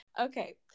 Okay